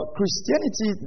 Christianity